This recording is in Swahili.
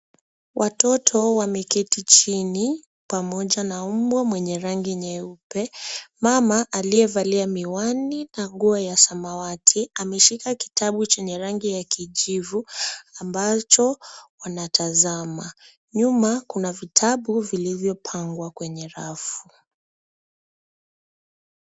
Watoto wameketi chini pamoja na mbwa mwenye rangi nyeupe. Mama aliyevalia miwani na nguo ya samawati ameshika kitabu chenye rangi ya kijivu ambacho wanatazama. Nyuma, kuna vitabu vilivyopangwa kwenye rafu.